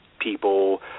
people –